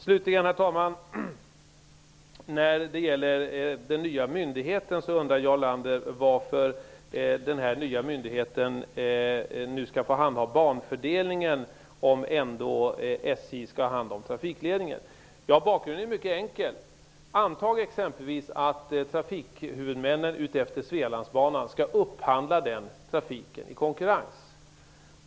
Slutligen, herr talman, vill jag beröra att Jarl Lander undrade varför den nya myndigheten skall få handha banfördelningen, om ändå SJ skall ha hand om trafikledningen. Bakgrunden är mycket enkel. Anta att exempelvis trafikhuvudmännen utefter Svealandsbanan skall upphandla den trafiken i konkurrens.